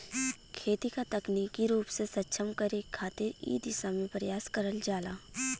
खेती क तकनीकी रूप से सक्षम करे खातिर इ दिशा में प्रयास करल जाला